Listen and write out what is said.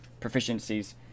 proficiencies